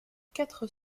quatre